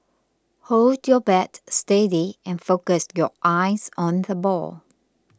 hold your bat steady and focus your eyes on the ball